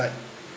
like